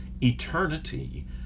eternity